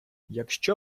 якщо